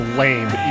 lame